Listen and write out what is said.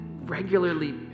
regularly